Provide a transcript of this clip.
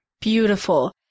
beautiful